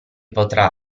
potrà